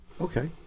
Okay